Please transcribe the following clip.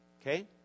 Okay